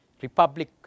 Republic